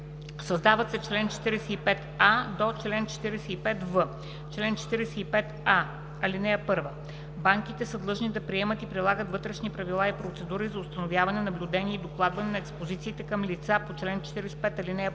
Създават се чл. 45а-45в: „Чл. 45а. (1) Банките са длъжни да приемат и прилагат вътрешни правила и процедури за установяване, наблюдение и докладване на експозициите към лица по чл. 45, ал. 1.